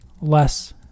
less